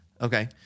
Okay